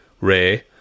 Ray